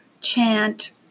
chant